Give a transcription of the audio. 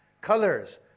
colors